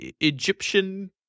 Egyptian